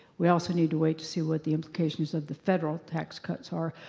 we also need to wait to see what the implications of the federal tax cuts are,